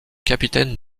capitaine